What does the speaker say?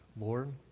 Lord